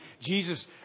Jesus